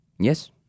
Yes